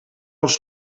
ons